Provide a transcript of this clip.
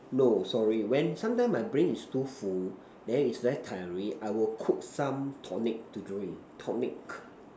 no sorry when sometimes my brain is too full then it's very tiring I will cook some tonic to drink tonic